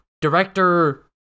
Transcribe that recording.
Director